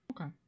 Okay